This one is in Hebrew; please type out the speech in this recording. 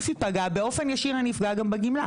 ייפגע באופן ישיר אני אפגע גם בגמלה.